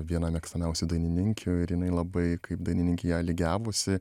viena mėgstamiausių dainininkių ir jinai labai kaip dainininkė į ją lygiavosi